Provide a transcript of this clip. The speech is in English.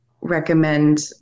recommend